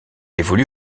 évolue